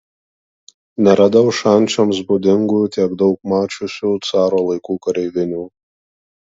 neradau šančiams būdingų tiek daug mačiusių caro laikų kareivinių